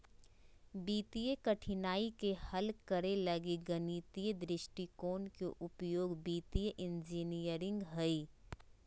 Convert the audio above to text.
वित्तीय कठिनाइ के हल करे लगी गणितीय दृष्टिकोण के उपयोग वित्तीय इंजीनियरिंग हइ